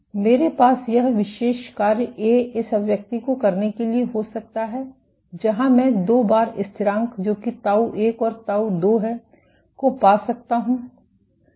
मेरे पास यह विशेष कार्य ए इस अभिव्यक्ति को करने के लिए हो सकता है जहां मैं दो बार स्थिरांक जो कि ताऊ 1 और ताऊ 2 हैं को पा सकता हूं